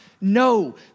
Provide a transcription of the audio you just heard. No